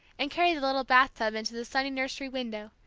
and carry the little bath-tub into the sunny nursery window,